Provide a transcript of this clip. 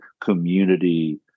community –